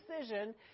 decision